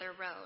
road